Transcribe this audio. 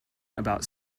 about